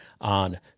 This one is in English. on